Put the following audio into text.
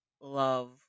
love